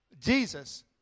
Jesus